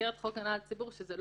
מסגרת חוק ההגנה על הציבור, שבו